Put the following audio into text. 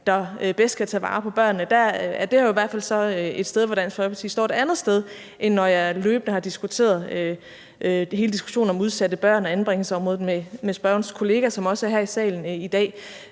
der bedst kan tage vare på børnene, at det her så i hvert fald er et sted, hvor Dansk Folkeparti står et andet sted, i forhold til når jeg løbende har haft hele diskussionen om udsatte børn og anbringelsesområdet med spørgerens kollega, som også er her i salen i dag.